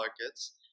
markets